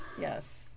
yes